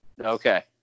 Okay